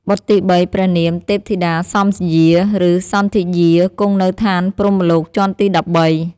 បុត្រទី៣ ព្រះនាម ទេពធីតាសំធ្យា ឬសន្ធិយា គង់នៅឋានព្រហ្មលោកជាន់ទី១៣ ។